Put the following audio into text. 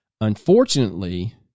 Unfortunately